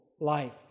life